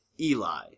Eli